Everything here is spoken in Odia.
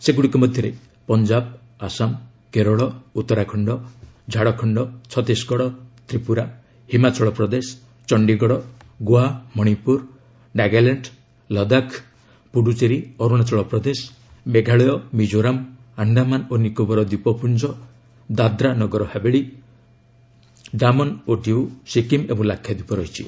ସେଗୁଡ଼ିକ ମଧ୍ୟରେ ପଞ୍ଜାବ ଆସାମ କେରଳ ଉତ୍ତରାଖଣ୍ଡ ଝାଡ଼ଖଣ୍ଡ ଛତିଶଗଡ଼ ତ୍ରିପୁରା ହିମାଚଳପ୍ରଦେଶ ଚଣ୍ଡୀଗଡ଼ ଗୋଆ ମଣିପୁର ନାଗାଲାଣ୍ଡ ଲଦାଖ ପୁଡୁଚେରୀ ଅରୁଣାଚଳପ୍ରଦେଶ ମେଘାଳୟ ମିଜୋରାମ ଆଶ୍ଡାମାନ ଓ ନିକୋବର ଦୀପପୁଞ୍ଜ ଦାଦାନଗର ହାବେଳି ଓ ହାମନଡିଉ ସିକିମ୍ ଏବଂ ଲାକ୍ଷାଦ୍ୱୀପ ରହିଛି